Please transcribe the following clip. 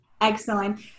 Excellent